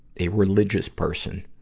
a religious person,